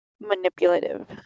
manipulative